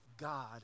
God